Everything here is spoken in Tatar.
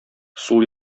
сул